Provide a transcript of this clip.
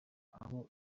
aho